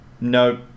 no